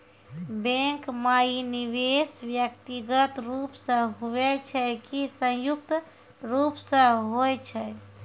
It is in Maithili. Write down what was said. बैंक माई निवेश व्यक्तिगत रूप से हुए छै की संयुक्त रूप से होय छै?